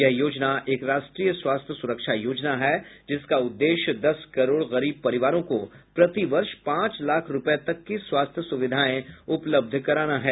यह योजना एक राष्ट्रीय स्वास्थ्य सुरक्षा योजना है जिसका उद्देश्य दस करोड़ गरीब परिवारों को प्रति वर्ष पांच लाख रूपये तक की स्वास्थ्य सुविधायें उपलब्ध कराना है